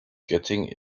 getting